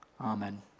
Amen